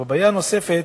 בעיה נוספת,